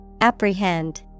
Apprehend